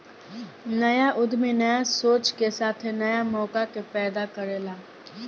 न्या उद्यमी न्या सोच के साथे न्या मौका के पैदा करेला